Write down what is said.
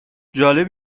جالب